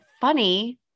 funny